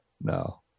no